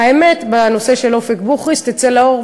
האמת בנושא של אופק בוכריס תצא לאור,